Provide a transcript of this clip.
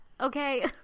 Okay